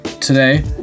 today